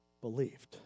believed